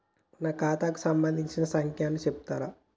నా ఖాతా కు సంబంధించిన సంఖ్య ను చెప్తరా?